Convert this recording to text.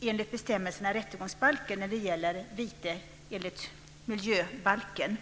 enligt bestämmelserna i rättegångsbalken när det gäller vite enligt miljöbalken.